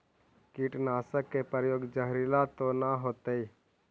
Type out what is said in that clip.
कीटनाशक के प्रयोग, जहरीला तो न होतैय?